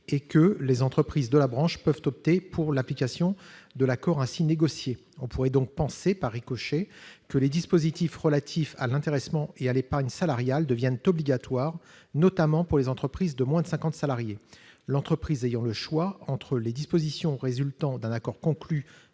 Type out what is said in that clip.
et que « les entreprises de la branche peuvent opter pour l'application de l'accord ainsi négocié ». On pourrait donc penser, par ricochet, que les dispositifs relatifs à l'intéressement et à l'épargne salariale deviennent obligatoires, notamment pour les entreprises de moins de 50 salariés- l'entreprise ayant le choix entre les dispositions résultant d'un accord conclu